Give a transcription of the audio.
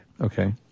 Okay